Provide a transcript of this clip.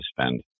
spend